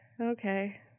Okay